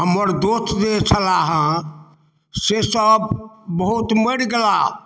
हमर दोस्त जे छलाहे से सब बहुत मरि गेला